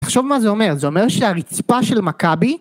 תחשוב מה זה אומר, זה אומר שהרציפה של מכבי